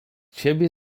ciebie